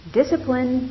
discipline